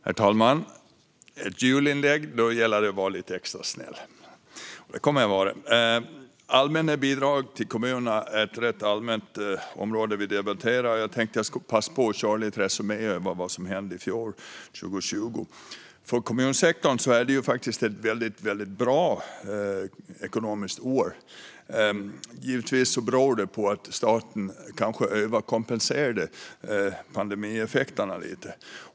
Herr talman! Ett julinlägg, då gäller det att vara lite extra snäll. Det kommer jag att vara. Allmänna bidrag till kommuner är ett rätt allmänt område. Jag tänkte passa på och göra en resumé över vad som hände i fjol, 2020. För kommunsektorn var det faktiskt ett väldigt bra ekonomiskt år. Givetvis beror det på att staten kanske överkompenserade pandemieffekterna lite.